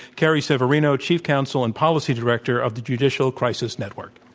carrie severino, chief counsel and policy director of the judicial crisis network.